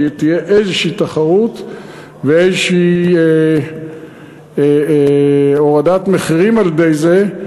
שתהיה איזושהי תחרות ואיזושהי הורדת מחירים על-ידי זה.